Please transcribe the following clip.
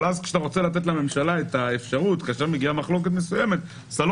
אבל אז כאשר מגיעה מחלוקת מסוימת אתה לא